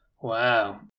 Wow